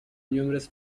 numerous